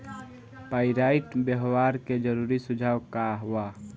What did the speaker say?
Pyrite व्यवहार के जरूरी सुझाव का वा?